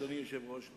אדוני היושב-ראש,